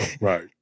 Right